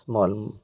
small